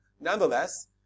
Nonetheless